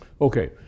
Okay